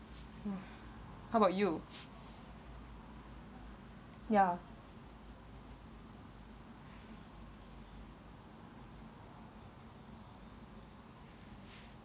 how about you ya